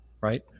right